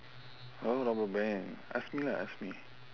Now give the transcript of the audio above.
oh rubber band ask me lah ask me